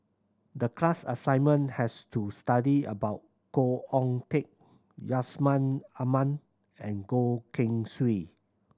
the class assignment has to study about Khoo Oon Teik Yusman Aman and Goh Keng Swee